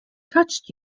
touched